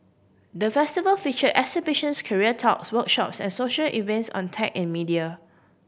the Festival feature exhibitions career talks workshops and social events on tech and media